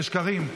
זה שקרים.